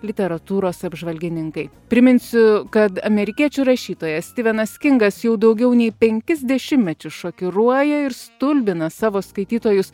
literatūros apžvalgininkai priminsiu kad amerikiečių rašytojas stivenas kingas jau daugiau nei penkis dešimtmečius šokiruoja ir stulbina savo skaitytojus